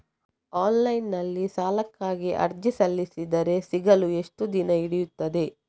Online ನಲ್ಲಿ ಸಾಲಕ್ಕಾಗಿ ಅರ್ಜಿ ಸಲ್ಲಿಸಿದರೆ ಸಿಗಲು ಎಷ್ಟು ದಿನ ಹಿಡಿಯುತ್ತದೆ?